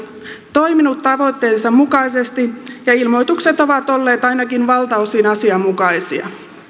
toiminut tavoitteittensa mukaisesti ja ilmoitukset ovat olleet ainakin valtaosin asianmukaisia